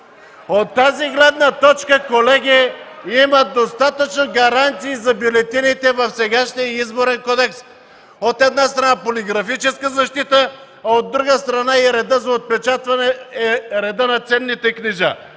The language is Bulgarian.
От тази гледна точка, колеги, има достатъчно гаранции за бюлетините в сегашния Изборен кодекс (шум и реплики), от една страна – полиграфическа защита, от друга страна – и редът за отпечатване е редът на ценните книжа,